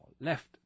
Left